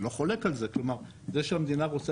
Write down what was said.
אני לא חולק על זה כלומר זה שהמדינה רוצה